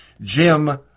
Jim